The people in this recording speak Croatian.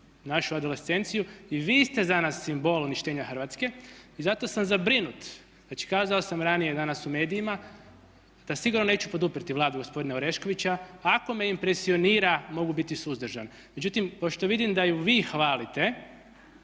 našu adolescenciju i vi ste za nas simbol uništenja Hrvatske. I zato sam zabrinut, znači kazao sam ranije danas u medijima da sigurno neću poduprijeti Vladu gospodina Oreškovića ako me impresionira mogu biti suzdržan. Međutim, pošto vidim da ju vi hvalite,